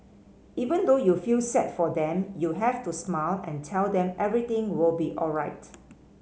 even though you feel sad for them you have to smile and tell them everything will be alright